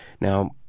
Now